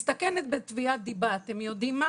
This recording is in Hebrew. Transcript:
מסתכנת בתביעת דיבה, אתם יודעים מה?